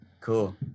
Cool